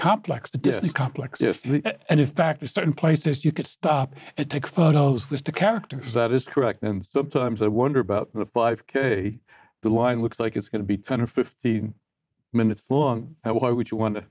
complex complex and in fact are starting places you could stop and take photos this to characters that is correct and sometimes i wonder about the five k the line looks like it's going to be ten or fifteen minutes long why would you want to